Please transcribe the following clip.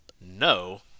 No